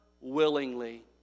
willingly